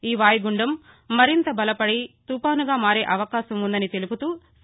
ఈ వాయుగుండం మరింత బలపడి తుపానుగా మారే అవకాశం ఉందని తెలుపుతూ సి